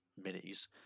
minis